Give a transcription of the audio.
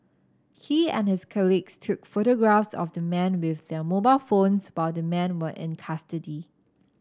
he and his colleagues took photographs of the men with their mobile phones while the men were in custody